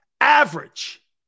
average